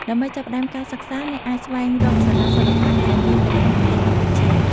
ដើម្បីចាប់ផ្ដើមការសិក្សា អ្នកអាចស្វែងរកសាលាសិល្បៈដែលមាននៅក្នុងប្រទេសកម្ពុជា។